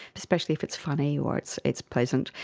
especially if it's funny or it's it's pleasant,